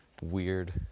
weird